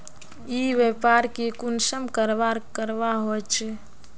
ई व्यापार की कुंसम करवार करवा होचे?